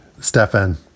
Stefan